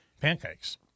pancakes